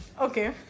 Okay